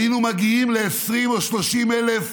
היינו מגיעים ל-20,000 או 30,000 מתים,